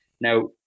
Now